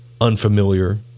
unfamiliar